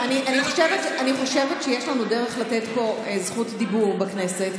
אני חושבת שיש לנו דרך לתת פה זכות דיבור בכנסת,